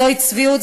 זוהי צביעות,